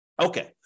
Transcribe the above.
Okay